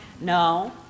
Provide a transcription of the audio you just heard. No